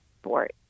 sport